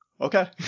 okay